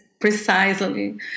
precisely